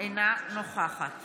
אינה נוכחת